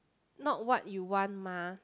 not what you want mah